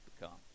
become